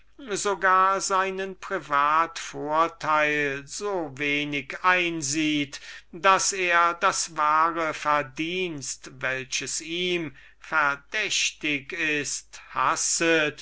seine privat vorteile selbst so wenig einsieht daß er das wahre verdienst welches ihm verdächtig ist hasset